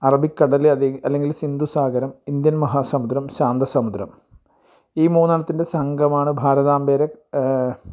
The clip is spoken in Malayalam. അറബിക്കടൽ അതെ അല്ലെങ്കിൽ സിന്ദു സാഗരം ഇന്ത്യൻ മഹാസമുദ്രം ശാന്തസമുദ്രം ഈ മൂന്നെണ്ണത്തിൻ്റെ സംഘമാണ് ഭാരതാമ്പർ